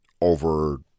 over